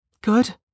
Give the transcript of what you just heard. Good